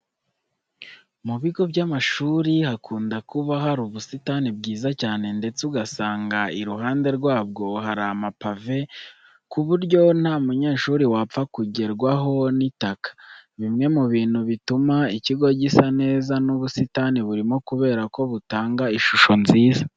Mu bigo by'amashuri hakunda kuba hari ubusitani bwiza cyane ndetse ugasanga iruhande rwabwo hari amapave ku buryo nta munyeshuri wapfa kugerwaho n'itaka. Bimwe mu bintu bituma ikigo gisa neza n'ubusitani burimo kubera ko butanga ishusho nziza.